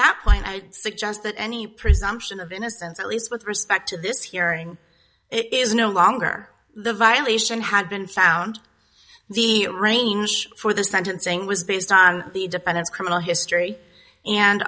that point i suggest that any presumption of innocence at least with respect to this hearing is no longer the violation had been found the range for the sentencing was based on the defendant's criminal history and